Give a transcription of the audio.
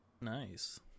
Nice